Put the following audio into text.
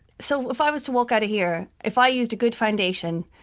so if i was to walk out of here, if i used a good foundation,